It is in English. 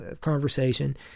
conversation